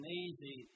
easy